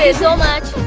ah so much.